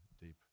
deep